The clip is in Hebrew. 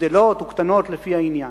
גדלות או קטנות לפי העניין.